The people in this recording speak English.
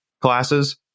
classes